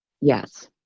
Yes